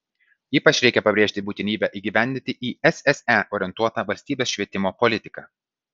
ypač reikia pabrėžti būtinybę įgyvendinti į sse orientuotą valstybės švietimo politiką